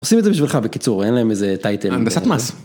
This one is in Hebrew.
עושים את זה בשבילך בקיצור אין להם איזה טייטל.הנדסת מס